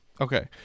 Okay